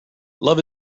love